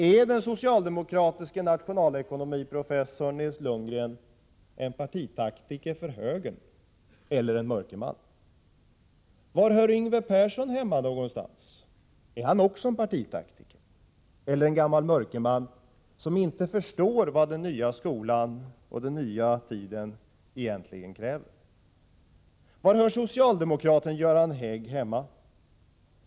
Är den socialdemokratiske nationalekonomiprofessorn Nils Lundgren en partitaktiker för högern eller en mörkerman? Var hör Yngve Persson hemma någonstans? Är han också en partitaktiker, - Nr 160 eller en gammal mörkerman som inte förstår vad den nya skolan och den nya tiden egentligen kräver? 3 ä iz i - 4juni1985 Var hör socialdemokraten Göran Hägg hemma?